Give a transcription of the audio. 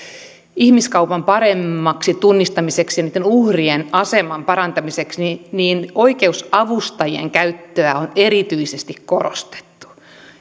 ihmiskaupan paremmaksi tunnistamiseksi ja näitten uhrien aseman parantamiseksi niin niin oikeusavustajien käyttöä on erityisesti korostettu